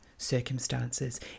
circumstances